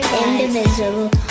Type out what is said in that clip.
indivisible